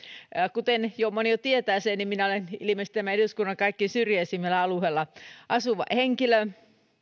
kuten moni jo tietää niin minä olen ilmeisesti tämän eduskunnan kaikkein syrjäisimmällä alueella asuva henkilö